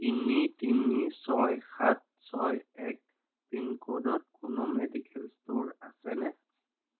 তিনি তিনি ছয় সাত ছয় এক পিনক'ডত কোনো মেডিকেল ষ্ট'ৰ আছেনে